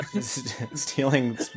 Stealing